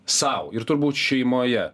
sau ir turbūt šeimoje